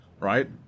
right